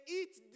eat